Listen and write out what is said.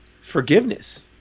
forgiveness